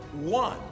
one